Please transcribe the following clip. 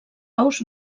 ous